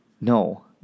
No